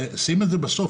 שים את השקופית בסוף.